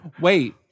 Wait